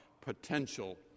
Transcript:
potential